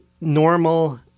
normal